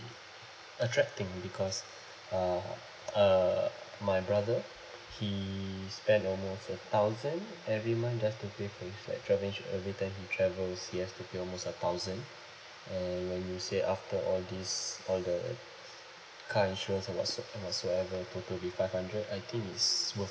attracting because uh uh my brother he spent almost a thousand every month just to pay for his like travelling every time he travels he has to pay almost a thousand and when you said after all these all the car insurance and what so and whatsoever total will be five hundred I think it's worth